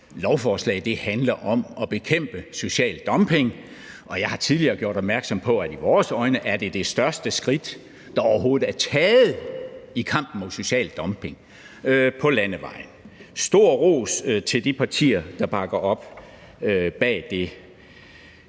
lovforslag handler om at bekæmpe social dumping, og jeg har tidligere gjort opmærksom på, at det i vores øjne er det største skridt, der overhovedet er taget i kampen mod social dumping på landevejen. Stor ros til de partier, der bakker det